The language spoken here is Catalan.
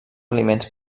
aliments